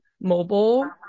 mobile